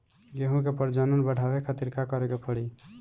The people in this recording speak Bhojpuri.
गेहूं के प्रजनन बढ़ावे खातिर का करे के पड़ी?